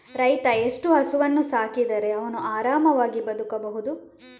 ರೈತ ಎಷ್ಟು ಹಸುವನ್ನು ಸಾಕಿದರೆ ಅವನು ಆರಾಮವಾಗಿ ಬದುಕಬಹುದು?